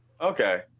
Okay